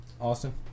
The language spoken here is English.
Austin